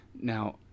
now